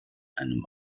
einem